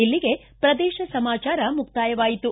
ಇಲ್ಲಿಗೆ ಪ್ರದೇಶ ಸಮಾಚಾರ ಮುಕ್ತಾಯವಾಯಿತು